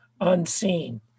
unseen